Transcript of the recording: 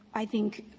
i think,